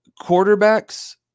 Quarterbacks